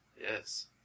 Yes